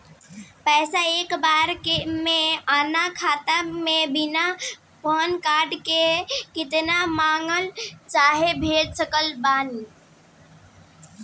पैसा एक बार मे आना खाता मे बिना पैन कार्ड के केतना मँगवा चाहे भेज सकत बानी?